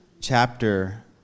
chapter